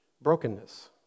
brokenness